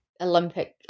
olympic